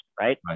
right